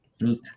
Neat